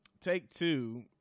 Take-Two